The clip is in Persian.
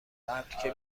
قبل، که